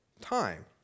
time